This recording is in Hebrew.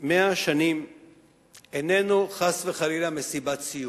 100 שנים איננו, חס וחלילה, מסיבת סיום.